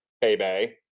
baby